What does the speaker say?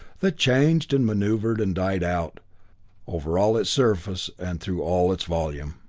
that changed and maneuvered and died out over all its surface and through all its volume.